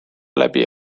läbi